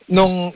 Nung